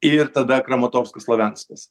ir tada kramatovskas slovjanskas